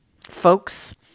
folks